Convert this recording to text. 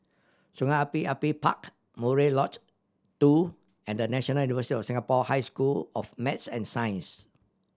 Sungei Api Api Park Murai Lodge Two and National University of Singapore High School of Math and Science